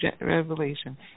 Revelation